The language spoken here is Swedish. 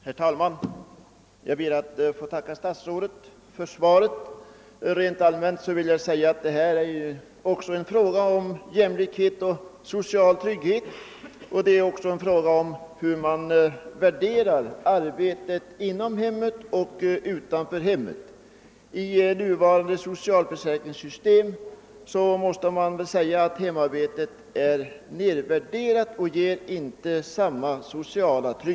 Herr talman! Jag ber att få tacka statsrådet för svaret. Rent allmänt vill jag säga att deita är en fråga om jämlikhet och social trygghet. Det är också en fråga om hur man värderar arbete inom hemmet och utom hemmet. Vi måste väl konstatera att i nuvarande socialförsäkringssystem hemmaarbetet är nedvärderat och inte ger samma sociala trygghet som arbete utom hemmet, vilket jag anser vara fel.